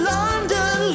London